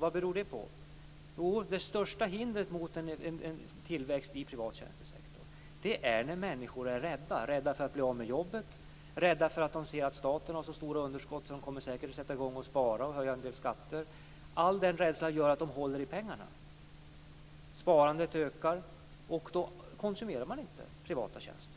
Vad beror det på? Jo, det största hindret mot en tillväxt i privat tjänstesektor är när människor är rädda, rädda för att bli av med jobbet, rädda för att de ser att staten har så stora underskott att man säkert kommer att sätta i gång och spara och höja en del skatter. All den rädslan gör att människor håller i pengarna. Sparandet ökar, och då konsumerar man inte privata tjänster.